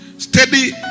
steady